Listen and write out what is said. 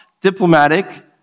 diplomatic